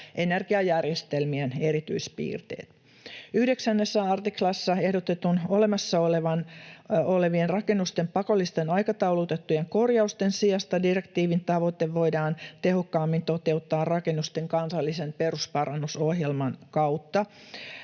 energiajärjestelmien erityispiirteet. 9 artiklassa ehdotettujen, olemassa olevien rakennusten pakollisten aikataulutettujen korjausten sijasta direktiivin tavoite voidaan tehokkaammin toteuttaa rakennusten kansallisen perusparannusohjelman kautta.